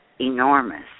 enormous